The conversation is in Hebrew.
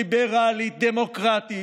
ליברלית ודמוקרטית,